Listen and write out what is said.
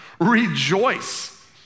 rejoice